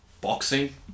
Boxing